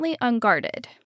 unguarded